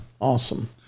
Awesome